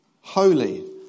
holy